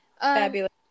Fabulous